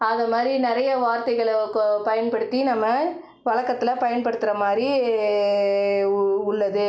அது மாதிரி நிறையா வார்த்தைகளை பயன்படுத்தி நம்ம வழக்கத்துல பயன்படுத்துகிற மாதிரி உள்ளது